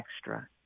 extra